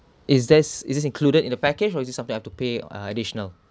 is this is it included in the package or is it something I have to pay uh additional